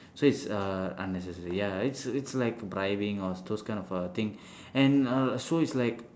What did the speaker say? so it's uh unnecessary ya it's it's like bribing or those kind of err thing and uh so it's like